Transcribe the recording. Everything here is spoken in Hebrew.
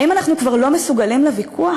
האם אנחנו כבר לא מסוגלים לוויכוח?